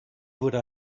would